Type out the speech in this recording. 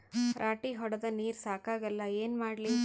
ರಾಟಿ ಹೊಡದ ನೀರ ಸಾಕಾಗಲ್ಲ ಏನ ಮಾಡ್ಲಿ?